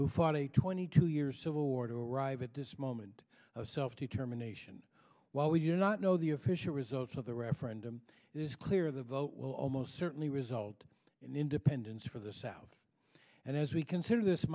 who fought a twenty two years civil war to arrive at this moment of self determination while we do not know the official results of the referendum is clear the vote will almost certainly result in independence for the south and as we consider this